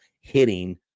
hitting